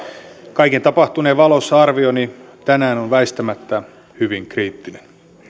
kaiken tapahtuneen valossa arvioni tänään on väistämättä hyvin kriittinen